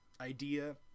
idea